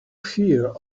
fear